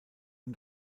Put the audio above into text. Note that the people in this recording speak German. nun